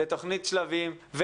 לתוכנית שלבים,